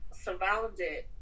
surrounded